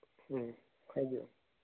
ꯎꯝ ꯍꯥꯏꯕꯤꯌꯨ